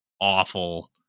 awful